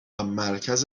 مرکز